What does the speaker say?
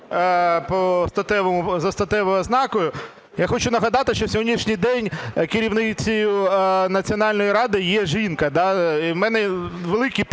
за статевою ознакою. Я хочу нагадати, що на сьогоднішній день керівницею Національної ради є жінка. І у мене великі питання